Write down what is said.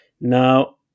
Now